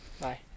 Bye